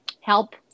help